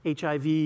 HIV